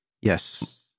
Yes